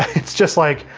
it's just like,